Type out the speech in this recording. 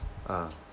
ah